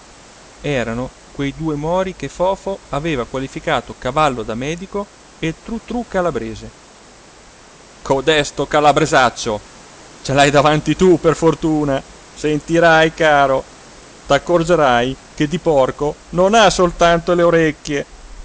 erano quei due mori che fofo aveva qualificato cavallo da medico e truttrú calabrese codesto calabresaccio ce l'hai davanti tu per fortuna sentirai caro t'accorgerai che di porco non ha soltanto le orecchie